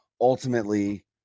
ultimately